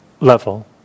level